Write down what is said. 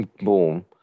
boom